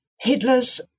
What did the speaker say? Hitler's